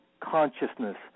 consciousness